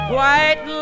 White